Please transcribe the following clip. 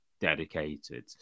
dedicated